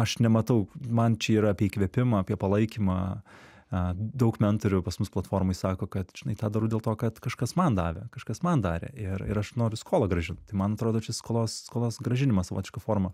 aš nematau man čia yra apie įkvėpimą apie palaikymą a daug mentorių pas mus platformoj sako kad žinai tą darau dėl to kad kažkas man davė kažkas man darė ir ir aš noriu skolą grąžint tai man atrodo čia skolos skolos grąžinimo savotiška forma